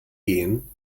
gehen